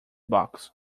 box